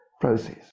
Process